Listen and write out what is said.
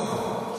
טוב.